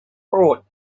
bought